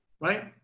right